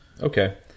Okay